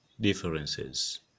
differences